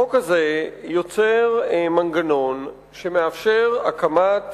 החוק הזה יוצר מנגנון שמאפשר הקמת